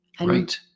Right